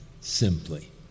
simply